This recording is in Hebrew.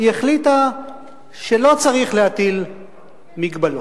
היא החליטה שלא צריך להטיל מגבלות.